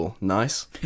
Nice